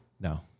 No